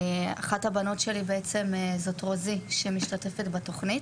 אחת הבנות שלי בעצם זאת רוזי, שמשתתפת בתוכנית